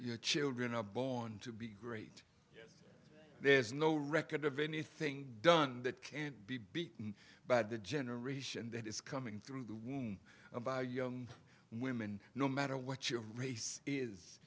your children are born to be great there's no record of anything done that can't be beaten but the generation that is coming through the womb young women no matter what your race is